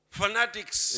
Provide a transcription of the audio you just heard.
fanatics